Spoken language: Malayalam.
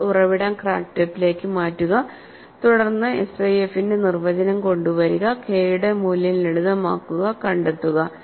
നിങ്ങൾ ഉറവിടം ക്രാക്ക് ടിപ്പിലേക്ക് മാറ്റുക തുടർന്ന് SIF ന്റെ നിർവചനം കൊണ്ടുവരിക കെ യുടെ മൂല്യം ലളിതമാക്കുക കണ്ടെത്തുക